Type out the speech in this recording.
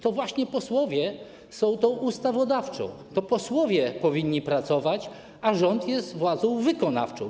To właśnie posłowie są tą ustawodawczą, to posłowie powinni pracować, a rząd jest władzą wykonawczą.